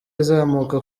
azamuka